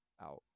out